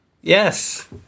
Yes